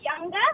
younger